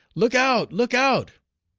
look out! look out!